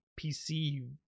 pc